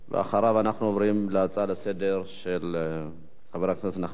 אנחנו עוברים להצעות לסדר-היום של חברי הכנסת נחמן שי,